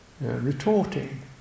Retorting